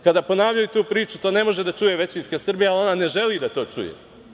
Kada ponavljaju tu priču, to ne može da čuje većinska Srbija, jer ona ne želi da to čuje.